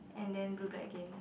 and then blue black again